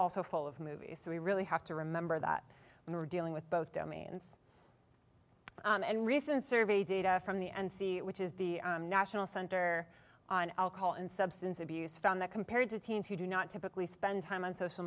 also full of movies so we really have to remember that when we're dealing with both domains and recent survey data from the and see which is the national center on alcohol and substance abuse found that compared to teens who do not typically spend time on social